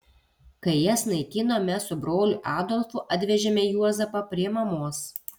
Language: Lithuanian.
kai jas naikino mes su broliu adolfu atvežėme juozapą prie mamos